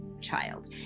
child